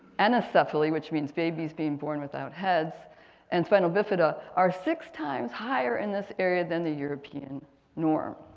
anencephaly which means babies being born without heads and spina bifida. are six times higher in this area than the european norm.